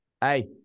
Hey